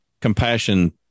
compassion